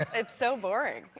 it's so boring.